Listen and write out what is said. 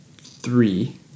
three